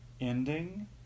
ending